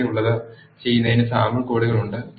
ചുവടെയുള്ളത് ചെയ്യുന്നതിന് സാമ്പിൾ കോഡുകൾ ഉണ്ട്